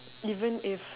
even if